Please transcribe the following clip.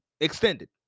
extended